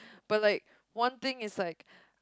but like one thing is like